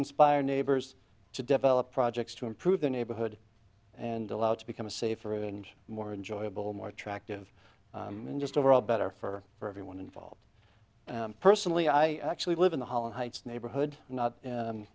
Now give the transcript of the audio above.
inspire neighbors to develop projects to improve the neighborhood and allowed to become a safer and more enjoyable more attractive and just overall better for for everyone involved personally i actually live in the hollow heights neighborhood not